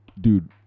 dude